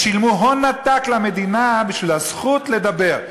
הם שילמו הון עתק למדינה בשביל הזכות לדבר.